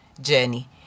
journey